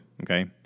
Okay